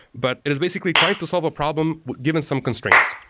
but it is basically trying to solve a problem given some constraints.